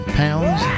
pounds